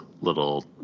little